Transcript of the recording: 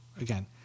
again